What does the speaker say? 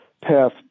path